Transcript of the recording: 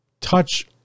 touch